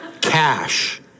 Cash